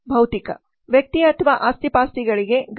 ಭೌತಿಕ ವ್ಯಕ್ತಿ ಅಥವಾ ಆಸ್ತಿಪಾಸ್ತಿಗಳಿಗೆ ಗಾಯ